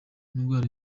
indwara